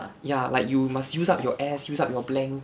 ya like you must use up your s use up your blank